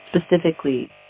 specifically